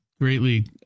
greatly